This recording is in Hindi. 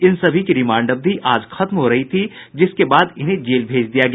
इन सभी की रिमांड अवधि आज खत्म हो रही थी जिसके बाद इन्हें जेल भेज दिया गया